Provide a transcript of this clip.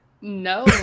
No